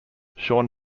sean